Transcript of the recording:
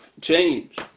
change